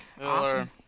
awesome